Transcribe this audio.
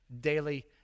daily